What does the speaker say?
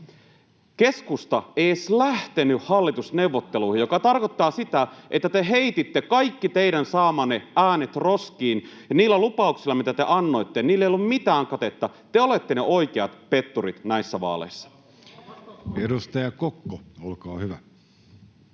Keskusta ei edes lähtenyt hallitusneuvotteluihin, mikä tarkoittaa sitä, että te heititte kaikki teidän saamanne äänet roskiin. Niillä lupauksilla, mitä te annoitte, ei ole mitään katetta. Te olette ne oikeat petturit näissä vaaleissa. [Antti Kurvisen